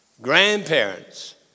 grandparents